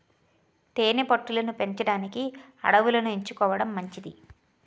తేనె పట్టు లను పెంచడానికి అడవులను ఎంచుకోవడం మంచిది